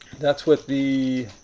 that's with the